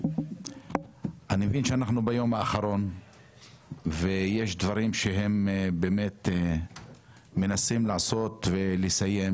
אני מבין שאנחנו ביום האחרון ויש דברים שהם באמת מנסים לעשות ולסיים